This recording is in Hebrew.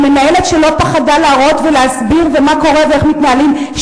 מנהלת שלא פחדה להראות ולהסביר מה קורה ואיך מתנהלים,